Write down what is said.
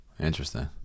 Interesting